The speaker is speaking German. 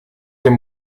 dem